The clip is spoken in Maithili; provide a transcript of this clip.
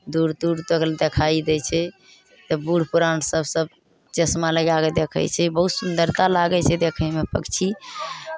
दूर दूर तक देखाइ दै छै तऽ बूढ़ पुरानसभ सभ चश्मा लगा कऽ देखै छै बहुत सुन्दरता लागै छै देखयमे पक्षी